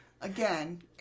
Again